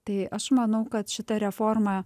tai aš manau kad šita reforma